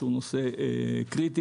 שהוא נושא קריטי.